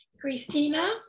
Christina